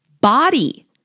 body